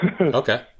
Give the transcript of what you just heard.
Okay